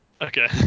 Okay